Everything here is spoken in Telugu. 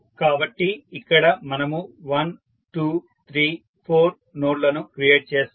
కాబట్టి ఇక్కడ మనము 1 2 3 4 నోడ్లను క్రియేట్ చేస్తాము